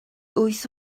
wyth